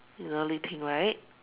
you know Li Ting right